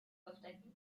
verstecken